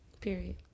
Period